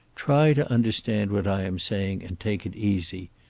try to understand what i am saying, and take it easy.